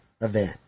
event